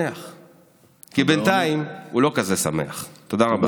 גם את אותם עשרות אלפי תלמידים שמעניקים בלימוד תורתם